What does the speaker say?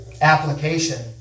application